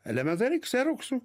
elementariai kseroksu